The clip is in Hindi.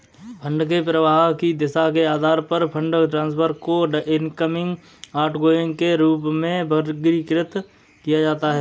फंड के प्रवाह की दिशा के आधार पर फंड ट्रांसफर को इनकमिंग, आउटगोइंग के रूप में वर्गीकृत किया जाता है